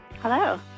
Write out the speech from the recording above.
Hello